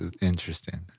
interesting